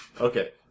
Okay